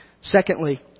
Secondly